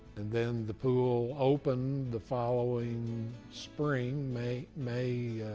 and then the pool opened the following spring, may may